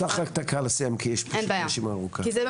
לך רק דקה לסיים כי יש פשוט עוד רשימה ארוכה של דוברים.